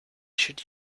should